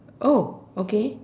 oh okay